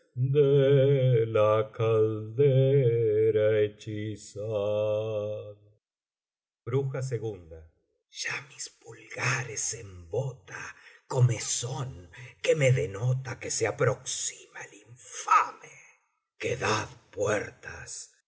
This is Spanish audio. ya mis pulgares embota comezón que me denota que se aproxima el infame quedad puertas